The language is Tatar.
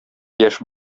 яшь